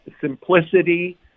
simplicity